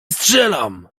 strzelam